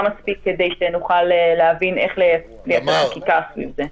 מספיק כדי שנוכל להבין איך לייצר חקיקה סביב זה.